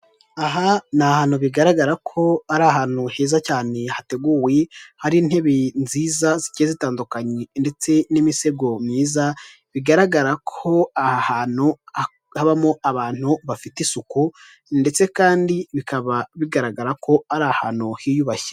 Aha ni hantu bigaragara ko ari ahantu heza cyane hateguwe, hari intebe nziza zigiye zitandukanye ndetse n'imisego myiza, bigaragara ko aha ahantu habamo abantu bafite isuku, ndetse kandi bikaba bigaragara ko ari ahantu hiyubashye.